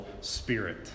spirit